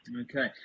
Okay